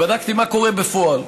בדקתי מה קורה בפועל,